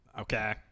Okay